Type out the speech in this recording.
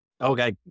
Okay